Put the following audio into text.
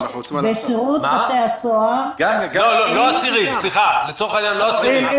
לא אסירים, רק עצירים.